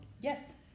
Yes